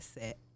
set